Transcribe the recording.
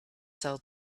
sell